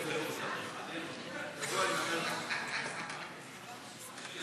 המשותפת וקבוצת סיעת מרצ לסעיף 9 לא נתקבלה.